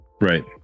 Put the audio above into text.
Right